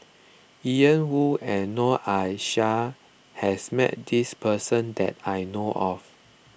Ian Woo and Noor Aishah has met this person that I know of